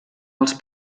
els